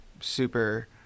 super